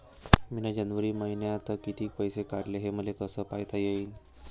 मिन जनवरी मईन्यात कितीक पैसे काढले, हे मले कस पायता येईन?